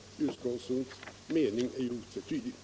Utskottets mening är ju otvetydig.